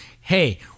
hey